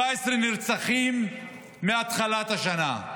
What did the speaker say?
17 נרצחים מתחילת השנה,